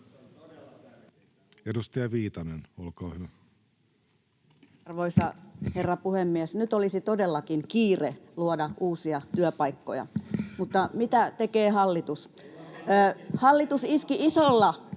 Edustaja Viitanen, olkaa hyvä. Arvoisa herra puhemies! Nyt olisi todellakin kiire luoda uusia työpaikkoja — mutta mitä tekee hallitus? Hallitus iski isolla